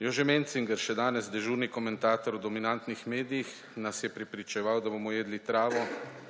Jože Mencinger, še danes dežurni komentator v dominantnih medijih, nas je prepričeval, da bomo jedli travo,